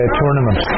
tournament